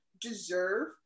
deserve